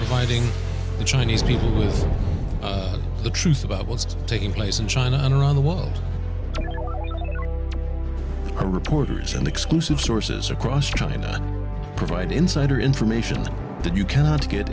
fighting the chinese people is the truth about what's taking place in china and around the world are reporters and exclusive sources across china provide insider information that you cannot get